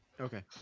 Okay